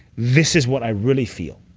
this is what i really feel.